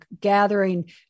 gathering